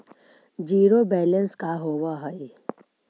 Zero balance का होव हइ?